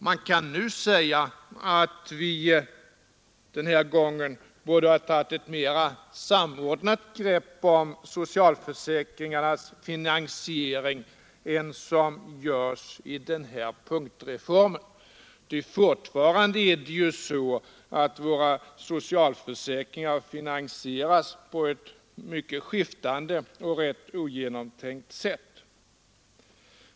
Man kan nu säga att vi den här gången borde ha tagit ett mera samordnat grepp om socialförsäkringarnas finansiering än som görs i den här punktreformen. Fortfarande är det ju så att våra socialförsäkringar finansieras på ett mycket skiftande och rätt ogenomtänkt sätt.